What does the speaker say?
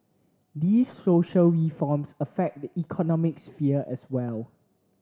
these social reforms affect the economic sphere as well